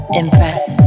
impress